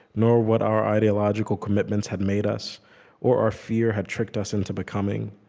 nor what our ideological commitments had made us or our fear had tricked us into becoming.